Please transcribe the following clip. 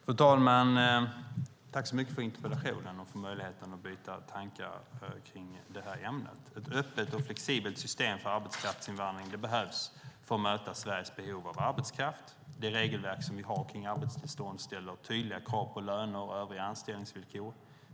Fru talman! Tack så mycket för interpellationen och möjligheten att byta tankar kring detta ämne! Ett öppet och flexibelt system för arbetskraftsinvandring behövs för att möta Sveriges behov av arbetskraft. Det regelverk som vi har kring arbetstillstånd ställer tydliga krav på löner och övriga anställningsvillkor.